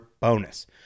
bonus